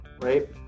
right